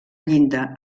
llinda